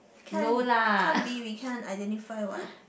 can can't be we can't identify what